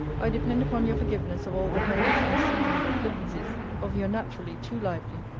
i depend upon your forgiveness of all the perhaps unseasonable flippancies of your naturally too lively,